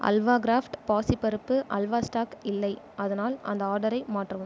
halwa craft பாசிப்பருப்பு halwa stock இல்லை அதனால் அந்த ஆர்டரை மாற்றவும்